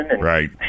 Right